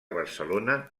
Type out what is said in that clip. barcelona